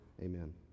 Amen